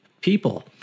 people